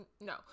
no